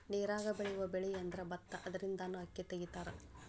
ನೇರಾಗ ಬೆಳಿಯುವ ಬೆಳಿಅಂದ್ರ ಬತ್ತಾ ಅದರಿಂದನ ಅಕ್ಕಿ ತಗಿತಾರ